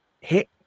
hit